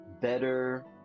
better